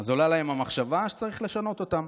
אז עולה להם המחשבה שצריך לשנות אותם.